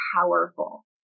powerful